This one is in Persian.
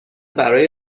برای